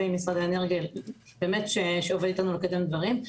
עם משרד האנרגיה שעובד איתנו לקדם דברים.